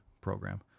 program